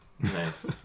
Nice